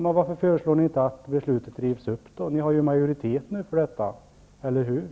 Men varför föreslår ni inte att beslutet rivs upp? Ni har ju majoritet nu för detta, eller hur?